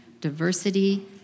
diversity